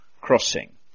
Crossing